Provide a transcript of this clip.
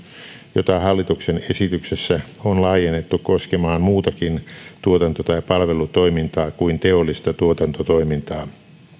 jota hallituksen esityksessä on laajennettu koskemaan muutakin tuotanto tai palvelutoimintaa kuin teollista tuotantotoimintaa